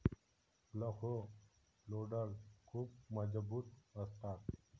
backhoe loader खूप मजबूत असतात